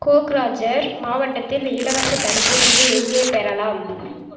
கோக்ராஜர் மாவட்டத்தில் இலவசத் தடுப்பூசியை எங்கே பெறலாம்